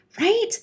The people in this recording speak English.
right